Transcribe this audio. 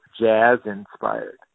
jazz-inspired